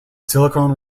silicone